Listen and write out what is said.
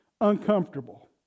uncomfortable